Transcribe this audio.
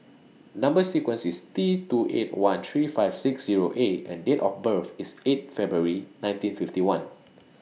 Number sequence IS T two eight one three five six Zero A and Date of birth IS eight February nineteen fifty one